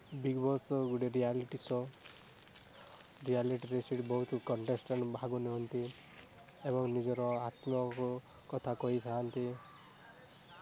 Bigg Boss ଗୋଟେ reality show ରିୟାଲିଟିରେ ସେଇଠି ବହୁତ କଣ୍ଟେଷ୍ଟେଣ୍ଟ୍ ଭାଗ ନିଅନ୍ତି ଏବଂ ନିଜର ଆତ୍ମୀୟ କଥା କହିଥାନ୍ତି